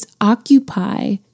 occupy